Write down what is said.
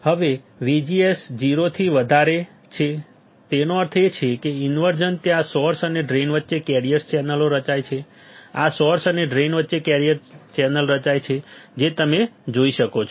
હવે VGS 0 થી વધારે છે તેનો અર્થ એ છે કે ઇન્વર્ઝન ત્યાં સોર્સ અને ડ્રેઇન વચ્ચે કેરિયર ચેનલો રચાય છે આ સોર્સ અને ડ્રેઇન વચ્ચે કેરિયર ચેનલ રચાય છે જે તમે જોઈ શકો છો